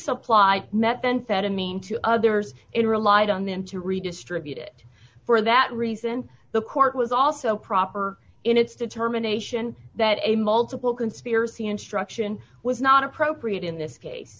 supplied met then threatening to others it relied on them to redistribute it for that reason the court was also proper in its determination that a multiple conspiracy instruction was not appropriate in this case